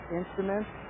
instruments